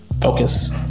focus